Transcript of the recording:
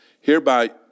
Hereby